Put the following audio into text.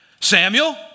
Samuel